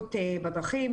בטיחות בדרכים.